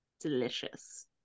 Delicious